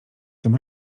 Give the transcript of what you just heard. tym